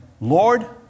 Lord